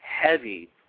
heavy